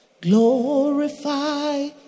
glorify